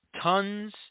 tons